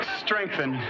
strengthen